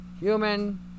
human